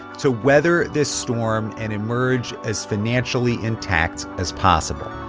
to weather this storm and emerge as financially intact as possible